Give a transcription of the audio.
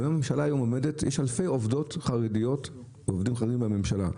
יש אלפי עובדות חרדיות ועובדים חרדיים בממשלה.